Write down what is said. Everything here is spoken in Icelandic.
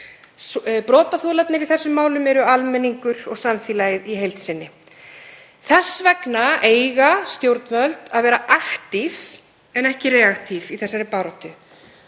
Brotaþolarnir í þessum málum eru almenningur og samfélagið í heild sinni. Þess vegna eiga stjórnvöld að vera aktív en ekki reaktív í þessari baráttu